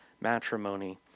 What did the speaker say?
matrimony